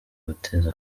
guteza